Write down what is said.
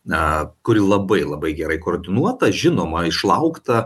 na kuri labai labai gerai koordinuota žinoma išlaukta